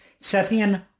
Sethian